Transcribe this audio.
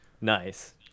Nice